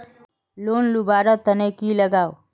Loan लुवा र तने की लगाव?